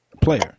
player